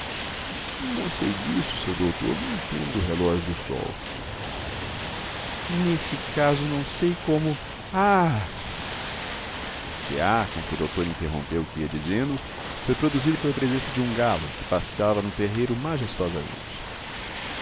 não sei disso seu doutor não entendo do relógio do sol nesse caso não sei como ah este ah com que o doutor interrompeu o que ia dizendo foi produzido pela presença de um galo que passava no terreiro majestosamente